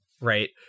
right